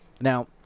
Now